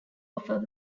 offer